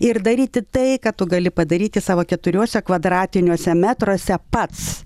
ir daryti tai ką tu gali padaryti savo keturiuose kvadratiniuose metruose pats